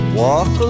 walk